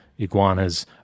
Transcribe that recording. iguanas